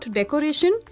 decoration